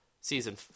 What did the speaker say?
Season